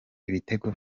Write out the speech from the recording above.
ibitego